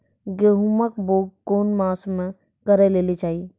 गेहूँमक बौग कून मांस मअ करै लेली चाही?